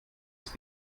ist